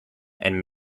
and